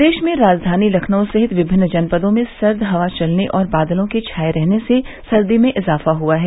प्रदेश में राजधानी लखनऊ सहित विभिन्न जनपदों में सर्द हवा चलने और बादलों के छाये रहने से सर्दी में इजाफा हुआ है